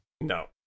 No